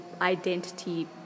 identity